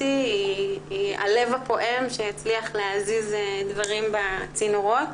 היא הלב הפועם שהצליח להזיז דברים בצנורות.